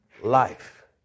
life